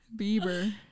Bieber